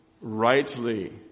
rightly